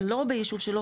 לא רק ביישוב שלו,